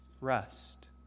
rest